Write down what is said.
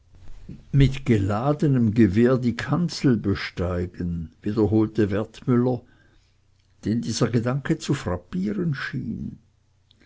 mit geladenem gewehr die kanzel besteigen wiederholte wertmüller den dieser gedanke zu frappieren schien